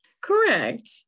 correct